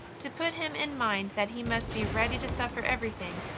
to put him in mind that he must be ready to suffer everything,